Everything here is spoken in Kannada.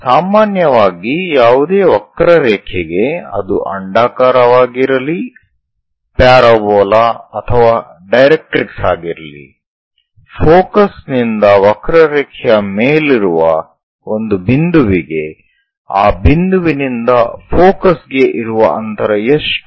ಸಾಮಾನ್ಯವಾಗಿ ಯಾವುದೇ ವಕ್ರರೇಖೆಗೆ ಅದು ಅಂಡಾಕಾರವಾಗಿರಲಿ ಪ್ಯಾರಾಬೋಲಾ ಅಥವಾ ಡೈರೆಟ್ರಿಕ್ಸ್ ಆಗಿರಲಿ ಫೋಕಸ್ ನಿಂದ ವಕ್ರರೇಖೆಯ ಮೇಲಿರುವ ಒಂದು ಬಿಂದುವಿಗೆ ಆ ಬಿಂದುವಿನಿಂದ ಫೋಕಸ್ ಗೆ ಇರುವ ಅಂತರ ಎಷ್ಟು